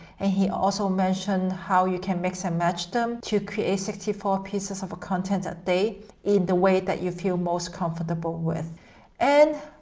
and he also mentioned how you can mix and match them to create sixty four pieces of content that day in the way that you feel most comfortable with and,